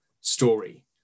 story